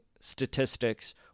statistics